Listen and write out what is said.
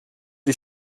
die